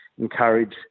encourage